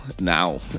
now